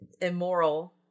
Immoral